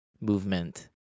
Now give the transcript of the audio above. movement